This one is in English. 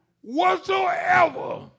whatsoever